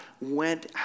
went